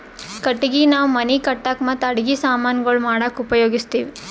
ಕಟ್ಟಗಿ ನಾವ್ ಮನಿ ಕಟ್ಟಕ್ ಮತ್ತ್ ಅಡಗಿ ಸಮಾನ್ ಗೊಳ್ ಮಾಡಕ್ಕ ಉಪಯೋಗಸ್ತಿವ್